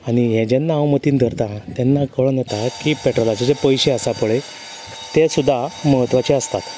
आनी हें जेन्ना हांव मतीन धरतां तेन्ना कळोन येता की पेट्रोलाचो जे पयशे आसा पळय ते सुद्दां महत्वाचें आसता